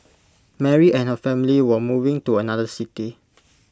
Mary and her family were moving to another city